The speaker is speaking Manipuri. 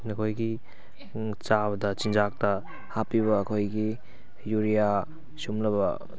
ꯅꯈꯣꯏꯒꯤ ꯆꯥꯕꯗ ꯆꯤꯟꯖꯥꯛꯇ ꯍꯥꯞꯄꯤꯕ ꯑꯩꯈꯣꯏꯒꯤ ꯌꯨꯔꯤꯌꯥ ꯁꯤꯒꯨꯝꯂꯕ